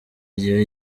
gihe